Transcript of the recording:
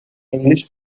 english